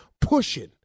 pushing